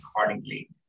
accordingly